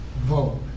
vote